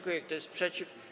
Kto jest przeciw?